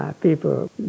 people